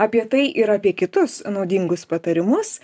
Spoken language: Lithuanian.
apie tai ir apie kitus naudingus patarimus